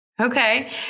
Okay